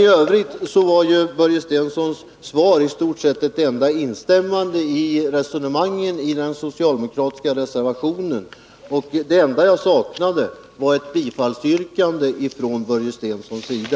I övrigt var Börje Stenssons svar ett enda instämmande i den socialdemokratiska reservationen. Det enda jag saknade var ett bifallsyrkande från hans sida.